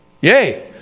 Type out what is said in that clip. Yay